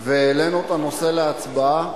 והעלינו את הנושא להצבעה.